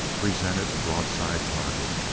presented a broadside target.